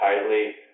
tightly